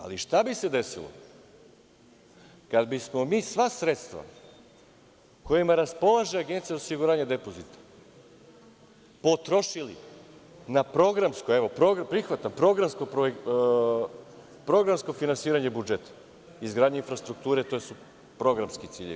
Ali, šta bi se desilo kada bismo mi sva sredstva kojima raspolaže Agencija za osiguranje depozita potrošili na, evo prihvatam, programsko finansiranje budžeta, izgradnja infrastrukture su programski ciljevi?